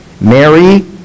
Mary